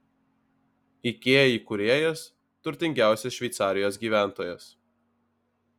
ikea įkūrėjas turtingiausias šveicarijos gyventojas